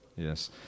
Yes